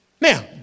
Now